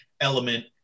element